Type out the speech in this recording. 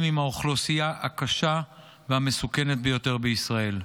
עם האוכלוסייה הקשה והמסוכנת ביותר בישראל.